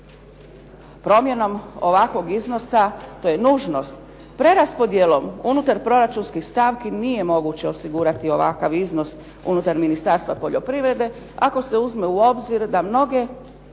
promjenom ovakvog iznosa, to je nužnost. Preraspodjelom unutar proračunskih stavki nije moguće osigurati ovakav iznos unutar Ministarstva poljoprivrede, ako se uzme u obzir da mnoge